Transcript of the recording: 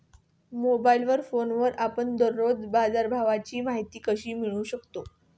Mobile फोनवर आपण दररोज बाजारभावाची माहिती कशी मिळवू शकतो?